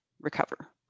recover